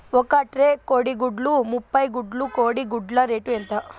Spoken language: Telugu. ఒక ట్రే కోడిగుడ్లు ముప్పై గుడ్లు కోడి గుడ్ల రేటు ఎంత?